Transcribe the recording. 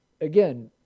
again